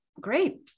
Great